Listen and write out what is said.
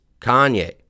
Kanye